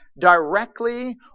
directly